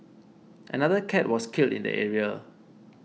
another cat was killed in the area